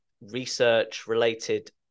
research-related